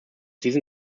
diesen